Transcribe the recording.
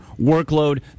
workload